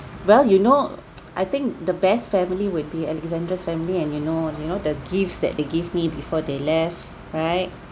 well you know I think the best family would be alexandra's family and you know you know the gifts that they give me before they left right